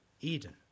Eden